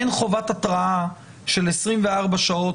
אין חובת התרעה של 24 שעות,